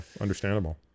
understandable